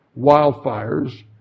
wildfires